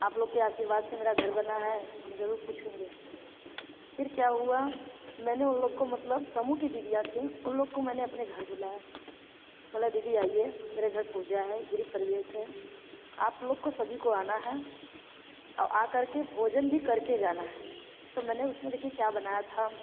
आप लोग के आशीर्वाद से मेरा घर बना है हम ज़रूर पूछेंगे फिर क्या हुआ मैंने उन लोग का मतलब समूह के दीदीयाँ थीं उन लोग को मैंने अपने घर बुलाया बोला दीदी आइए मेरे घर पूजा है गृह प्रवेश है आप लोग को सभी को आना है और आ कर के भोजन भी कर के जाना है तो मैंने उसमें देखिए क्या बनाया था